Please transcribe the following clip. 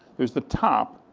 it was the top,